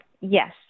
yes